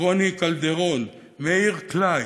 רוני קלדרון, מאיר קליין,